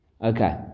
Okay